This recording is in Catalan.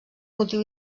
motiu